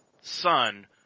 son